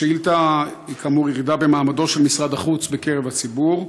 השאילתה היא כאמור על ירידה במעמדו של משרד החוץ בקרב הציבור.